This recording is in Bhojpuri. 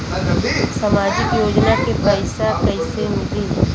सामाजिक योजना के पैसा कइसे मिली?